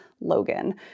Logan